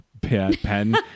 pen